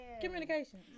Communication